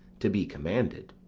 to be commanded.